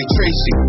Tracy